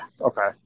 okay